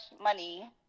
money